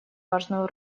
важную